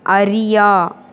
அறியா